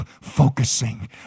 focusing